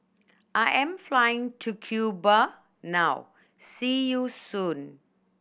I am flying to Cuba now see you soon